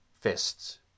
fists